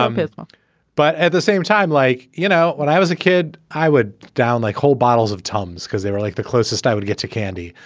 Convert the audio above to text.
um um but at the same time, like, you know, when i was a kid, i would down like whole bottles of tums because they were like the closest i would get to candy.